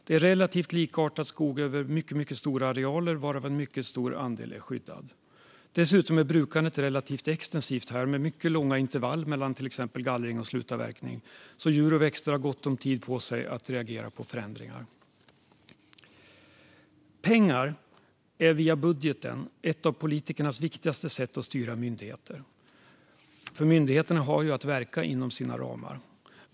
Det är relativt likartad skog över mycket stora arealer, varav en mycket stor andel är skyddad. Dessutom är brukandet relativt extensivt med mycket långa intervall mellan till exempel gallring och slutavverkning. Djur och växter har därför gott om tid på sig att reagera på förändringar. Pengar är via budgeten ett av politikernas viktigaste sätt att styra myndigheterna eftersom myndigheterna har att verka inom sina ramar.